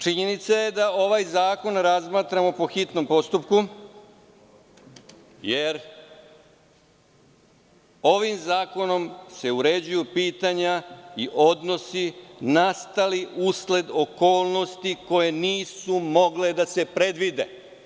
Činjenica je da ovaj zakon razmatramo po hitnom postupku, jer ovim zakonom se uređuju pitanja i odnosi nastali usled okolnosti koje nisu mogle da se predvide.